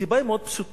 הסיבה היא מאוד פשוטה.